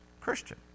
Christian